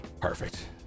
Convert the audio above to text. Perfect